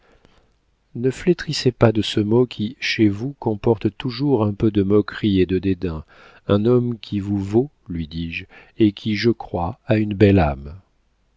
ne flétrissez pas de ce mot qui chez vous comporte toujours un peu de moquerie et de dédain un homme qui vous vaut lui dis-je et qui je crois a une belle âme